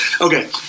Okay